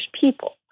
people